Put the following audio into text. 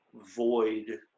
void